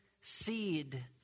seed